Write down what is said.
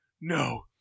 no